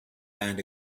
land